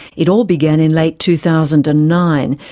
it all began in late two thousand and nine,